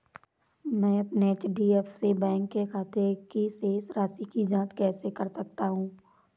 मैं अपने HDFC bank के खाते की शेष राशि की जाँच कैसे कर सकता हूँ?